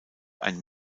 ein